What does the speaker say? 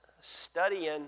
Studying